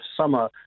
summer